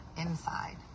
inside